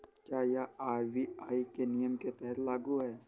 क्या यह आर.बी.आई के नियम के तहत लागू है?